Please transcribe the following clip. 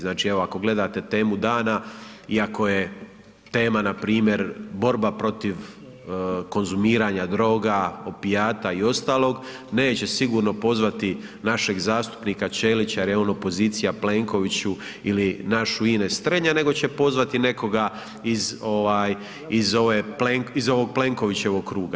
Znači ako gledate „Temu dana“ i ako je tema npr. borba protiv konzumiranja droga, opijata i ostalog neće sigurno pozvati našeg zastupnika Ćelića jer je on opozicija Plenkoviću ili našu Ines Strenja nego će pozvati nekoga iz ovog Plenkovićevog kruga.